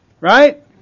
Right